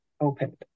opened